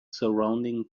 surrounding